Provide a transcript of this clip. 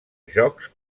jocs